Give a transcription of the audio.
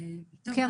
בבקשה.